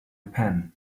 pen